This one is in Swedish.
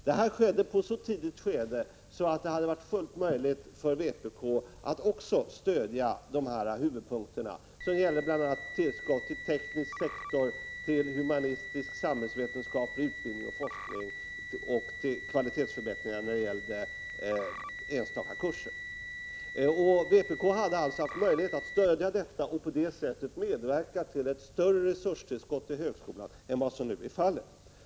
Detta skedde i ett så tidigt skede att det hade varit fullt möjligt för vpk att stödja dessa huvudpunkter, som gällde bl.a. tillskott till teknisk sektor, till humanistisk-samhällsvetenskaplig utbildning och forskning samt till kvalitetsförbättringar för enstaka kurser. Vpk hade alltså möjlighet att stödja detta och på det viset medverka till ett större resurstillskott till högskolan än vad nu har blivit fallet.